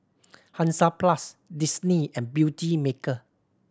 Hansaplast Disney and Beautymaker